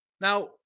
Now